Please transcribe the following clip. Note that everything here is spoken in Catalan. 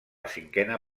cinquena